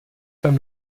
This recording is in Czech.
tam